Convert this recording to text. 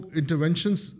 interventions